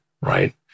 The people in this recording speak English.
right